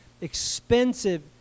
expensive